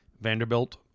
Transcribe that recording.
Vanderbilt